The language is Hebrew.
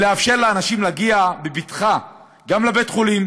ולאפשר לאנשים להגיע בבטחה גם לבית-חולים